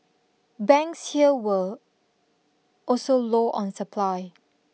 banks here were also low on supply